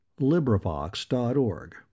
LibriVox.org